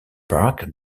park